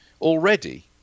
already